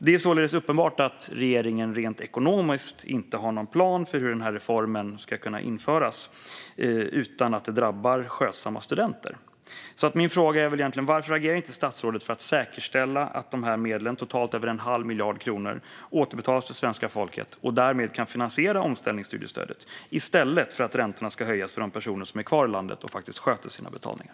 Det är således uppenbart att regeringen rent ekonomiskt inte har någon plan för hur denna reform ska kunna införas utan att det drabbar skötsamma studenter. Varför agerar inte statsrådet för att säkerställa att dessa medel, totalt över en halv miljard kronor, återbetalas till svenska folket och därmed kan finansiera omställningsstudiestödet i stället för att räntorna höjs för de personer som är kvar i landet och faktiskt sköter sina betalningar?